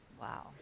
Wow